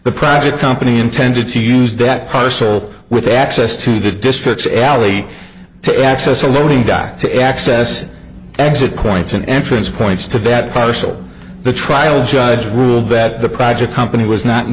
the private company intended to use that process with access to the district's alley to access a loading dock to access exit points and entrance points to that parcel the trial judge ruled that the project company was not